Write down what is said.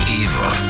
evil